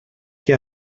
que